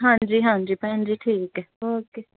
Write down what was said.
ਹਾਂਜੀ ਹਾਂਜੀ ਭੈਣ ਜੀ ਠੀਕ ਹੈ ਓਕੇ